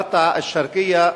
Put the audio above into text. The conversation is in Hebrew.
ברטעה-אל-שרקיה,